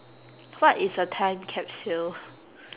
what is a time capsule